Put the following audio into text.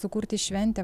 sukurti šventę